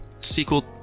sequel